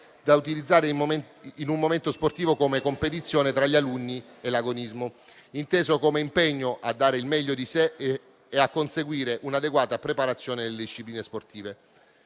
da utilizzare in un momento sportivo come competizione tra gli alunni e l'agonismo è inteso come impegno a dare il meglio di sé e a conseguire un'adeguata preparazione nelle discipline sportive.